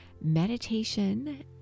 Meditation